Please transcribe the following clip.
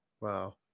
Wow